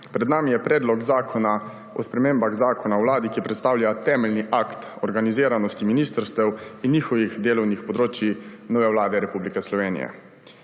Pred nami je Predlog zakona o spremembah Zakona o Vladi Republike Slovenije, ki predstavlja temeljni akt organiziranosti ministrstev in njihovih delovnih področij nove vlade Republike Slovenije.